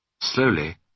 Slowly